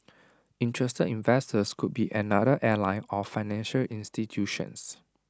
interested investors could be another airline or financial institutions